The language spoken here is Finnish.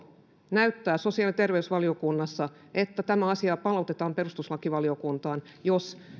näyttää sosiaali ja terveysvaliokunnassa että tämä asia palautetaan perustuslakivaliokuntaan jos